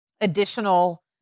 additional